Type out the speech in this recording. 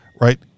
right